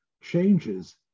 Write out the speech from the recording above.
changes